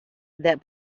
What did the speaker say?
that